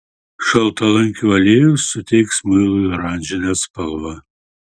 šaltalankio aliejus suteiks muilui oranžinę spalvą